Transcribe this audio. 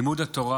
לימוד התורה